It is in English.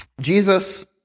Jesus